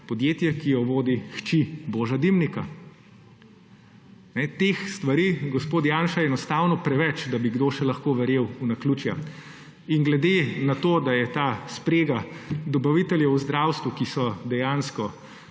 podjetje, ki ga vodi hči Boža Dimnika. Teh stvari je, gospod Janša, enostavno preveč, da bi kdo še lahko verjel v naključja. Glede na to, da je ta sprega dobaviteljev v zdravstvu, ki so dejansko